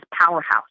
powerhouse